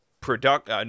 product